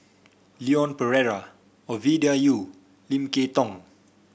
Leon Perera Ovidia Yu Lim Kay Tong